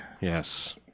Yes